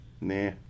Nah